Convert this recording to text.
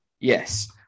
Yes